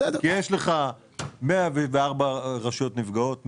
כי יש לך 104 רשויות נפגעות,